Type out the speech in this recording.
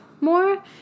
more